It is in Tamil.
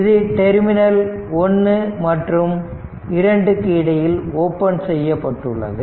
இது டெர்மினல் 1 மற்றும் 2 க்கு இடையில் ஓபன் செய்யப்பட்டுள்ளது